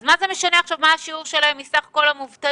אז מה זה משנה עכשיו מה השיעור שלהם מסך כל המובטלים?